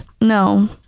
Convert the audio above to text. no